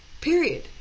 Period